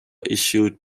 issued